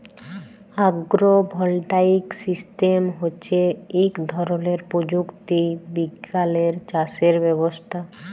আগ্র voltaic system হচ্যে ইক ধরলের প্রযুক্তি বিজ্ঞালের চাসের ব্যবস্থা